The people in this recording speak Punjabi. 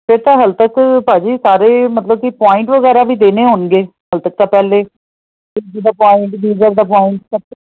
ਫਿਰ ਤਾਂ ਹੈਲਪਰਸ ਭਾਅ ਜੀ ਸਾਰੇ ਮਤਲਬ ਕਿ ਪੁਆਇੰਟ ਵਗੈਰਾ ਵੀ ਦੇਣੇ ਹੋਣਗੇ ਪਹਿਲੇ ਜਿੱਦਾਂ ਪੁਆਇੰਟ ਵੀ ਗੀਜ਼ਰ ਦਾ ਪੁਆਇੰਟ